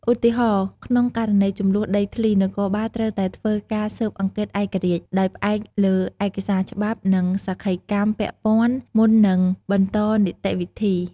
ឧទាហរណ៍ ក្នុងករណីជម្លោះដីធ្លី នគរបាលត្រូវតែធ្វើការស៊ើបអង្កេតឯករាជ្យ ដោយផ្អែកលើឯកសារច្បាប់ និងសក្ខីកម្មពាក់ព័ន្ធ មុននឹងបន្តនីតិវិធី។